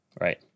Right